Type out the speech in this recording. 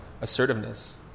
assertiveness